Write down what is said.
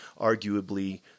arguably